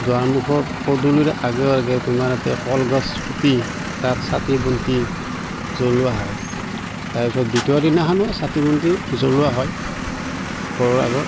দুৱাৰমুখত পদূলিৰ আগে আগে তোমাৰ ইয়াতে কলগছ পুতি তাত চাকি বন্তি জ্বলোৱা হয় তাৰপিছত দ্বিতীয় দিনাখনো চাকি বন্তি জ্বলোৱা হয় ঘৰৰ আগত